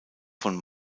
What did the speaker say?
von